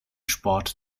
sport